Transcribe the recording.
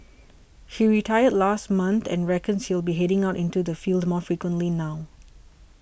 he retired last month and reckons he will be heading out into the field more frequently now